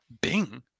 Bing